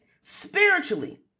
spiritually